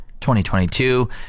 2022